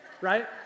right